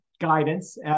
guidance